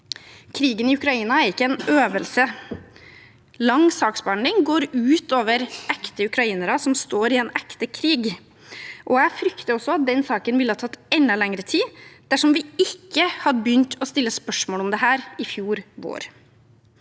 Krigen i Ukraina er ikke en øvelse. Lang saksbehandling går ut over ekte ukrainere som står i en ekte krig, og jeg frykter også at den nevnte saken ville ha tatt enda lengre tid dersom vi ikke hadde begynt å stille spørsmål om dette i fjor vår.